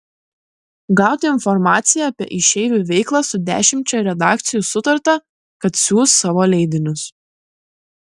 gauti informaciją apie išeivių veiklą su dešimčia redakcijų sutarta kad siųs savo leidinius